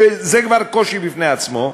וזה כבר קושי בפני עצמו,